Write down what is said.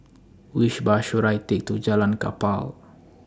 Which Bus should I Take to Jalan Kapal